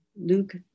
luke